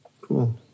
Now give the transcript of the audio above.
Cool